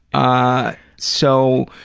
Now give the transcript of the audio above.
ah so,